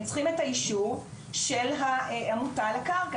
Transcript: הם צריכים את האישור של העמותה על הקרקע,